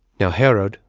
now herod,